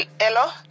Hello